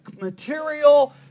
material